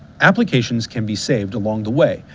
applications can be saved along the way,